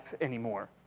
anymore